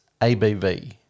ABV